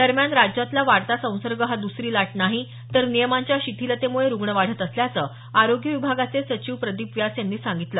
दरम्यान राज्यातला वाढता संसर्ग हा दुसरी लाट नाही तर नियमांच्या शिथिलतेमुळे रुग्ण वाढत असल्याचं आरोग्य विभागाचे सचिव प्रदीप व्यास यांनी सांगितलं